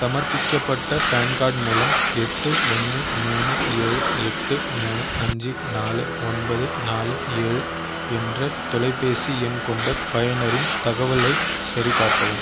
சமர்ப்பிக்கப்பட்ட PAN card மூலம் எட்டு ஒன்று மூணு ஏழு எட்டு மூணு அஞ்சு நாலு ஒன்பது நாலு ஏழு என்ற தொலைபேசி எண் கொண்ட பயனரின் தகவலைச் சரிபார்க்கவும்